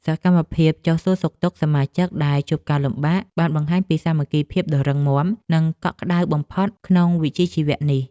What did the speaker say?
សកម្មភាពចុះសួរសុខទុក្ខសមាជិកដែលជួបការលំបាកបានបង្ហាញពីសាមគ្គីភាពដ៏រឹងមាំ និងកក់ក្ដៅបំផុតក្នុងវិជ្ជាជីវៈនេះ។